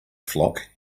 flock